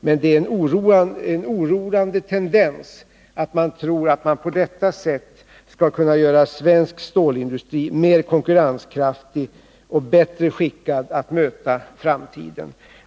Men det är en oroande tendens att man tror att man på detta sätt skall kunna göra svensk stålindustri mer konkurrenskraftig och bättre skickad att möta framtiden.